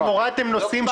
זה